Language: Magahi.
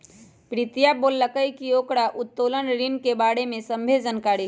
प्रीतिया बोललकई कि ओकरा उत्तोलन ऋण के बारे में सभ्भे जानकारी हई